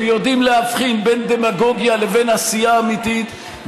הם יודעים להבחין בין דמגוגיה לבין עשייה אמיתית,